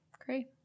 great